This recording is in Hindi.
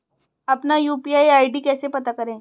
अपना यू.पी.आई आई.डी कैसे पता करें?